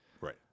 Right